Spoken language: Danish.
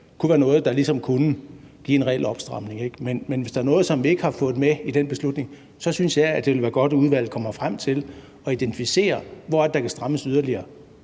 kunne være noget, der ligesom kunne give en reel opstramning, ikke? Men hvis der er noget, som vi ikke har fået med i den beslutning, synes jeg det ville være godt, at udvalget kom frem til at identificere, hvor det er, der kan strammes yderligere.